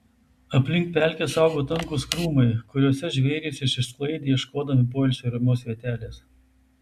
aplink pelkes augo tankūs krūmai kuriuose žvėrys išsisklaidė ieškodami poilsiui ramios vietelės